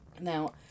now